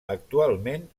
actualment